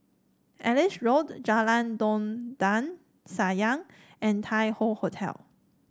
Ellis Road Jalan Dondang Sayang and Tai Hoe Hotel